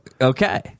Okay